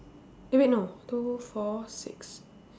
eh wait no two four six